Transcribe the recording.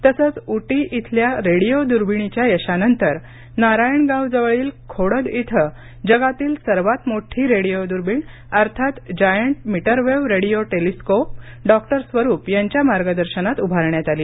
तसंच उटी येथील रेडिओ द्र्बिणीच्या यशानंतर नारायणगाव जवळील खोडद इथं जगातील सर्वात मोठी रेडिओ दुर्बीण अर्थात giant metrewave radio telescope doctor Swarup यांच्या मार्गदर्शनात उभारण्यात आली